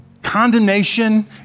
condemnation